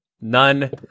None